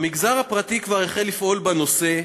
המגזר הפרטי כבר החל לפעול בנושא,